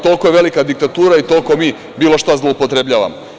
Toliko je velika diktatura i toliko mi bilo šta zloupotrebljavamo.